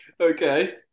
Okay